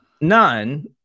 None